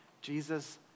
Jesus